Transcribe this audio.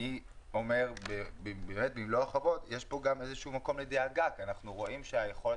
אני אומר שיש כאן איזשהו מקום לדאגה כי אנחנו רואים שהיכולת